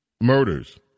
murders